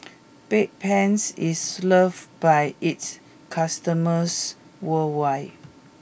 Bedpans is loved by its customers worldwide